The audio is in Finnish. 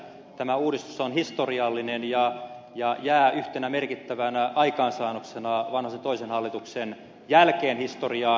tämä uudistus on historiallinen ja jää yhtenä merkittävänä aikaansaannoksena vanhasen toisen hallituksen jälkeen historiaan